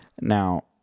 Now